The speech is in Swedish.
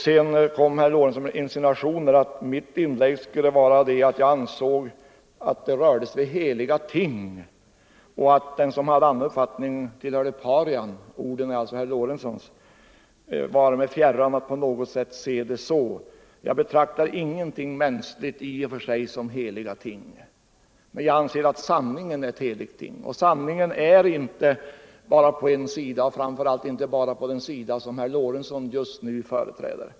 Sedan kom herr Lorentzon med insinuationer om att mitt inlägg skulle gå ut på att jag ansåg att det här rörde sig om heliga ting och att den som hade en annan uppfattning tillhörde parian — orden är alltså herr Lorentzons. Det vare mig fjärran att på något sätt se det så! Jag betraktar inte någonting mänskligt som i och för sig heliga ting, men jag anser att sanningen är ett heligt ting, och sanningen finns inte bara på en sida, framför allt inte bara på den sida som herr Lorentzon just nu företräder.